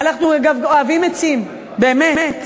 אנחנו, אגב, אוהבים עצים, באמת,